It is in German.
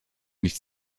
nicht